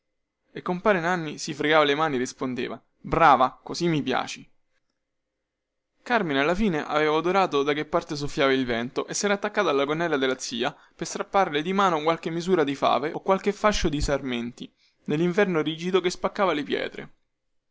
e compare nanni si fregava le mani e rispondeva brava così mi piaci carmine alla fine aveva odorato da che parte soffiasse il vento e sera attaccato alla gonnella della zia per strapparle di mano qualche misura di fave o qualche fascio di sarmenti nellinverno rigido che spaccava le pietre